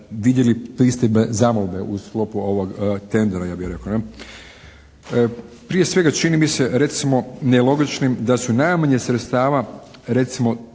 razumije./ zamolbe u sklopu ovog "tendera" ja bih rekao. Prije svega, čini mi se recimo nelogičnim da su najmanje sredstava, recimo,